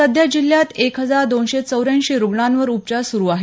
सध्या जिल्ह्यात एक हजार दोनशे चौऱ्याऐंशी रुग्णांवर उपचार सुरू आहेत